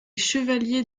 chevaliers